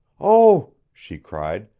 oh! she cried,